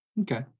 Okay